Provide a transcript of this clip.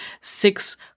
six